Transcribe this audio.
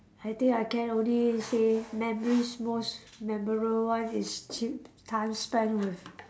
I think I can only say memories most memorable one is cheap time spend with